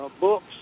books